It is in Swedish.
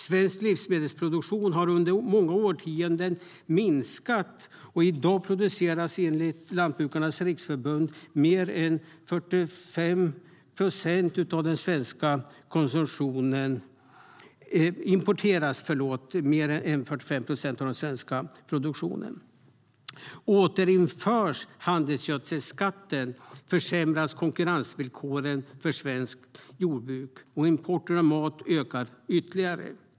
Svensk livsmedelsproduktion har under många årtionden minskat, och i dag importeras enligt Lantbrukarnas Riksförbund mer än 45 procent av den svenska konsumtionen. Återinförs handelsgödselskatten försämras konkurrensvillkoren för svenskt jordbruk, och importen av mat ökar ytterligare.